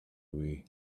away